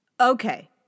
Okay